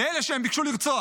מאלה שהם ביקשו לרצוח.